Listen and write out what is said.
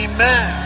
Amen